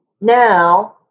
Now